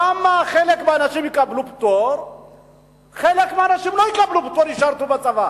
למה חלק מהאנשים יקבלו פטור וחלק מהאנשים לא יקבלו פטור וישרתו בצבא?